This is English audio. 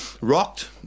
rocked